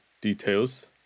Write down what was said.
details